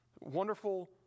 Wonderful